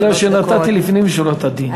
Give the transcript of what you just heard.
כן, אבל זה בגלל שנתתי לפנים משורת הדין.